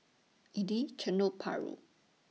Idly Chendol Paru